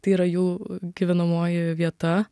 tai yra jų gyvenamoji vieta